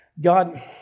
God